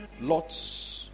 Lot's